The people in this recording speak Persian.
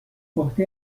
عهده